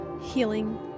healing